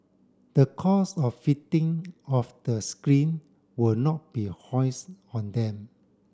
the cost of fitting of the screen will not be foist on them